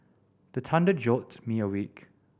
the thunder jolt me awake